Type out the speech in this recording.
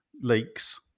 leaks